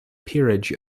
peerage